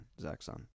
Zaxxon